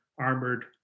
armored